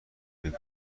بگو